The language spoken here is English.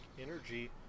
energy